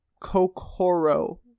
Kokoro